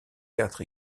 quatre